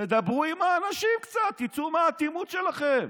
תדברו עם האנשים קצת, תצאו מהאטימות שלכם,